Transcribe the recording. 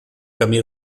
camí